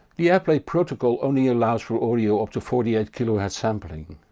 the airplay protocol only allows for audio up to forty eight khz sampling.